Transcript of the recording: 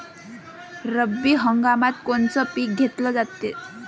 रब्बी हंगामात कोनचं पिक घेतलं जाते?